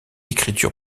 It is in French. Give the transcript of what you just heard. écriture